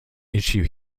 issue